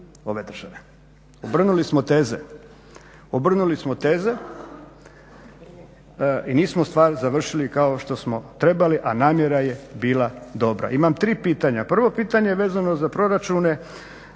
ove države. Obrnuli smo teze i nismo stvar završili kao što smo trebali a namjera je bila dobra. Imam tri pitanja, prvo pitanje vezano za proračune,